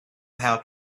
how